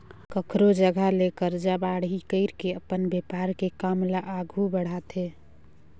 कखरो जघा ले करजा बाड़ही कइर के अपन बेपार के काम ल आघु बड़हाथे